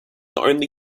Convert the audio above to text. only